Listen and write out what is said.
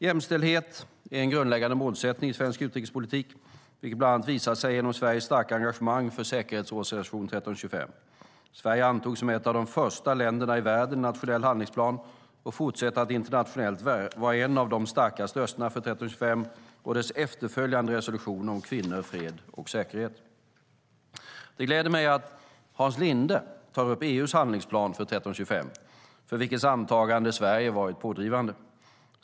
Jämställdhet är en grundläggande målsättning i svensk utrikespolitik vilket bland annat visar sig genom Sveriges starka engagemang för säkerhetsrådsresolution 1325. Sverige antog som ett av de första länderna i världen en nationell handlingsplan och fortsätter att internationellt vara en av de starkaste rösterna för 1325 och dess efterföljande resolutioner om kvinnor, fred och säkerhet. Det gläder mig att Hans Linde tar upp EU:s handlingsplan för 1325 för vilkens antagande Sverige varit pådrivande.